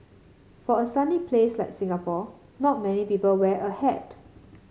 for a sunny place like Singapore not many people wear a hat